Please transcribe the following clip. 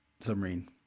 submarine